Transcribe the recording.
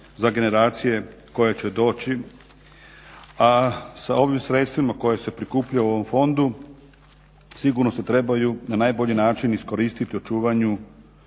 za generacije koje će doći, a sa ovim sredstvima koja se prikupljaju u ovom fondu sigurno se trebaju na najbolji način iskoristiti očuvanju